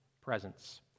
presence